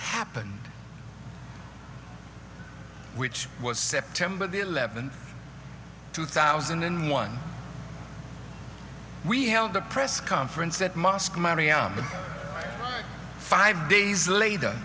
happened which was september the eleventh two thousand and one we held a press conference that must marry up to five days later